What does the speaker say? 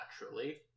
naturally